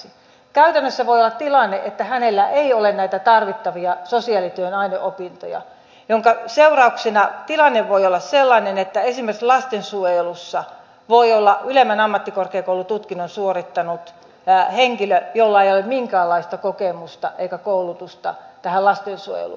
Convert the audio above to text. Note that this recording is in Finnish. käytännössä voi olla tilanne että hänellä ei ole näitä tarvittavia sosiaalityön aineopintoja minkä seurauksena tilanne voi olla sellainen että esimerkiksi lastensuojelussa voi olla ylemmän ammattikorkeakoulututkinnon suorittanut henkilö jolla ei ole minkäänlaista kokemusta eikä koulutusta lastensuojelusta